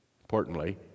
importantly